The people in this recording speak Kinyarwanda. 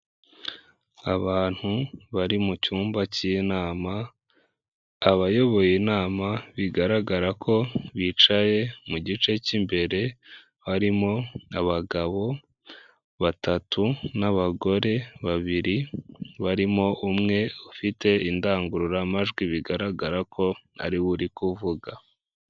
Abantu bari mucyumba cy'inama, abayoboye inama bigaragara ko bicaye mu gice cy'imbere, harimo abagabo batatu n'abagore babiri, barimo umwe ufite indangururamajwi bigaragara ko ariwe uri kuvuga.